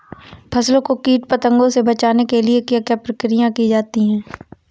फसलों को कीट पतंगों से बचाने के लिए क्या क्या प्रकिर्या की जाती है?